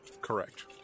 Correct